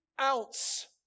ounce